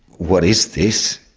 what is this?